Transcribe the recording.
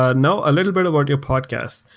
ah you know a little bit about your podcast.